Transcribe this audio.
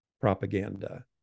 propaganda